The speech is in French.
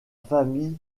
famille